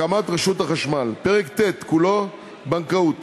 הקמת רשות החשמל, פרק ט' כולו, בנקאות.